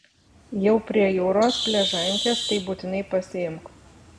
jau prie jūros pležankes tai būtinai pasiimk